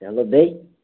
چَلو بیٚیہِ